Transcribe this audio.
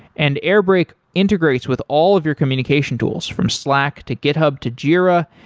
and airbrake integrates with all of your communication tools from slack, to github, to jira,